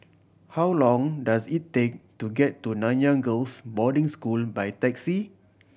how long does it take to get to Nanyang Girls' Boarding School by taxi